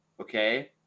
okay